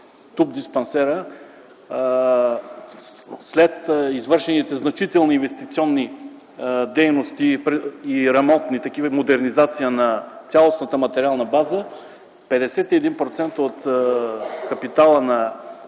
туб-диспансерът. След извършените значителни инвестиционни дейности, ремонтни такива, модернизация на цялостната материална база, 51% от капитала на